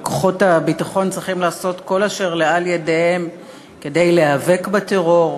וכוחות הביטחון צריכים לעשות כל אשר לאל ידם כדי להיאבק בטרור,